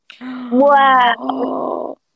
Wow